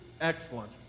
excellent